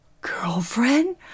girlfriend